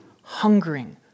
hungering